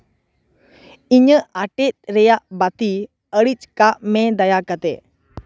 ᱤᱧᱟᱹᱜ ᱟᱴᱮᱛ ᱨᱮᱭᱟᱜ ᱵᱟᱹᱛᱤ ᱤᱬᱤᱡ ᱠᱟᱜ ᱢᱮ ᱫᱟᱭᱟᱠᱟᱛᱮ